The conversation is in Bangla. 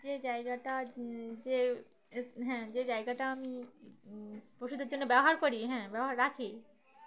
যে জায়গাটা যে হ্যাঁ যে জায়গাটা আমি পশুদের জন্য ব্যবহার করি হ্যাঁ ব্যবহার রাখি